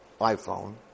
iPhone